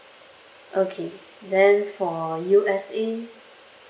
okay then for U_S_A